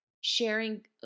sharing